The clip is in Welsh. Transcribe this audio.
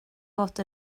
fod